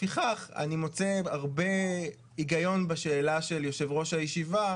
ולפיכך אני מוצא הרבה היגיון בשאלה של יושב-ראש הישיבה,